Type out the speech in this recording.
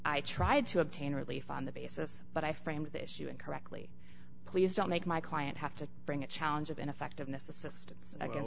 i tried to obtain relief on the basis of but i framed the issue incorrectly please don't make my client have to bring a challenge of ineffectiveness assistance